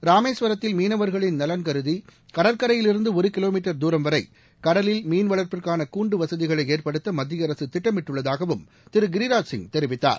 ராமேஸ்வரத்தில் மீனவர்களின் நலன் கருதி கடற்கரையிலிருந்து ஒரு கிலோமீட்டர் துரம் வரை கடலில் மீன் வளர்ப்புக்கான கூண்டு வசதிகளை ஏற்படுத்த மத்திய அரசு திட்டமிட்டுள்ளதாகவும் திரு கிராஜ்சிங் தெரிவித்தார்